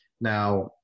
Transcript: Now